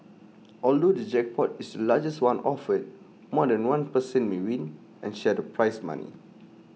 although the jackpot is the largest one offered more than one person may win and share the prize money